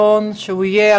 ברבנות.